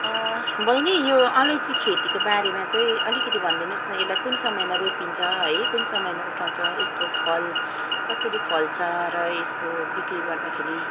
बैनी यो अलैँची खेतीको बारेमा चाहिँ अलिकति भनिदिनु होस् न यसलाई कुन समयमा रोपिन्छ है कुन समयमा उठाउँछ यसको फल कसरी फल्छ र यसको बिक्री गर्दाखेरि